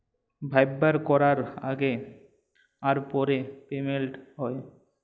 ব্যাভার ক্যরার আগে আর পরে পেমেল্ট হ্যয়